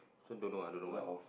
so don't know ah don't know what